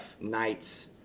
nights